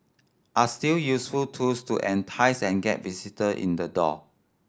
are still useful tools to entice and get visitor in the door